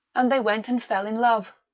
and they went and fell in love.